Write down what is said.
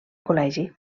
col·legi